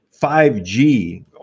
5G